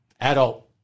adult